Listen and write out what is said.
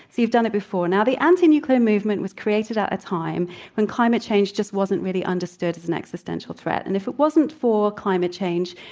you've done it before. now, the anti-nuclear movement was created at a time when climate change just wasn't really understood as an existential threat. and if it wasn't for climate change,